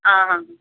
ହଁ ହଁ